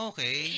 Okay